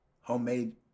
homemade